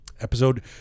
Episode